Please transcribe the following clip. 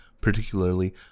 particularly